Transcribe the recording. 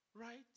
right